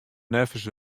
neffens